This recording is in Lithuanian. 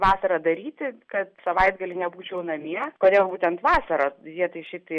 vasarą daryti kad savaitgalį nebūčiau namie kodėl būtent vasarą jie tai šiaip tai